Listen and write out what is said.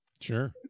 Sure